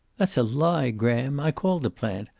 that's a lie, graham. i called the plant.